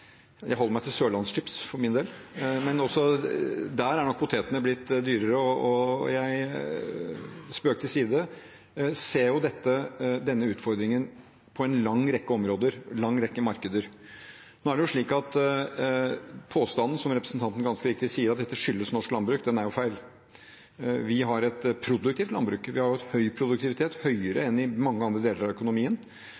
holder meg til Sørlandschips for min del, men også der er nok potetene blitt dyrere – kan jeg love, spøk til side, at jeg ser denne utfordringen på en lang rekke områder og en lang rekke markeder. Påstanden om at dette skyldes norsk landbruk, er feil, som representanten ganske riktig sier. Vi har et produktivt landbruk. Vi har høy produktivitet,